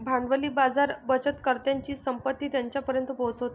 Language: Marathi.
भांडवली बाजार बचतकर्त्यांची संपत्ती त्यांच्यापर्यंत पोहोचवतात